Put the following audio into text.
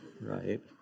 right